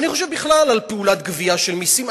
אני חושב בכלל על פעולת גבייה של מסים.